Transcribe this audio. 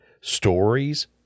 Stories